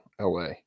LA